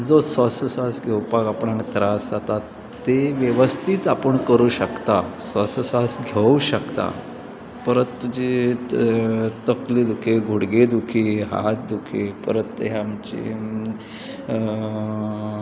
जो स्वासोस्वास घेवपाक आपणाक त्रास जाता ते वेवस्थीत आपूण करूं शकता स्वासोस्वास घेवूं शकता परत तुजी तकली दुखी घुडगे दुखी हात दुखी परत हे आमची